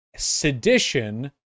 sedition